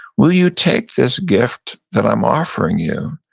will you take this gift that i'm offering you